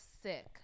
sick